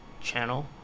channel